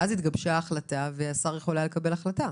ואז התגבשה החלטה והשר היה יכול לקבל החלטה.